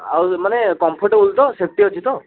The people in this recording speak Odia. ଆଉ ମାନେ କମ୍ଫର୍ଟଟେବଲ୍ ତ ସେଫ୍ଟି ଅଛି ତ